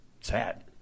sad